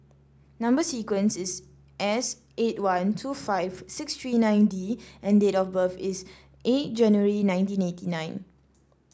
number sequence is S eight one two five six three nine D and date of birth is eight January nineteen eighty nine